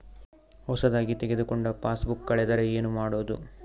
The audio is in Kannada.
ಹೊಸದಾಗಿ ತೆಗೆದುಕೊಂಡ ಪಾಸ್ಬುಕ್ ಕಳೆದರೆ ಏನು ಮಾಡೋದು?